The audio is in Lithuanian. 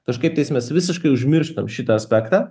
kažkaip tais mes visiškai užmirštam šitą aspektą